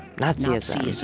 nazi-ism